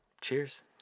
Cheers